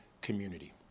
community